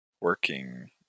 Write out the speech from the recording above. working